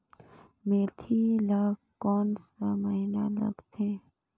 मेंथी ला कोन सा महीन लगथे?